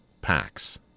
packs